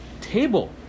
table